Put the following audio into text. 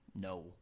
No